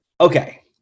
Okay